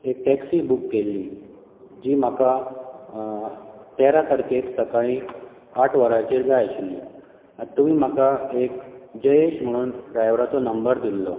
एक taxi book केल्ली जी म्हाका तेरा तारखेक सकाळी आठ वरांचेर जाय आशिल्ली तुमी म्हाका एक जयेश म्हणून ड्रायव्हराचो नंबर दिल्लो